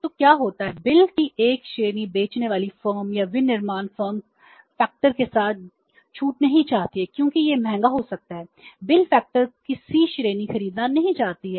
तो क्या होता है बिल की एक श्रेणी बेचने वाली फर्म या विनिर्माण फर्म कारक के साथ छूट नहीं चाहती है क्योंकि यह महंगा हो जाता है